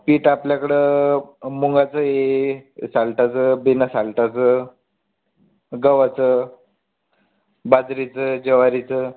पीठ आपल्याकडं मुगाचं आहे सालटाचं बिना सालटाचं गव्हाचं बाजरीचं ज्वारीचं